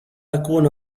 أكون